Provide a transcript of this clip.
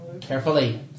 carefully